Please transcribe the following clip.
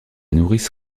nourrice